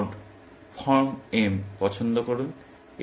কিছু node form m পছন্দ করুন